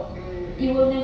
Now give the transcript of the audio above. mm mm